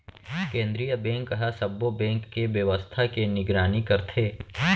केंद्रीय बेंक ह सब्बो बेंक के बेवस्था के निगरानी करथे